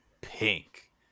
pink